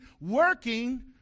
working